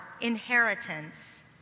inheritance